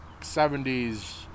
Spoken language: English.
70s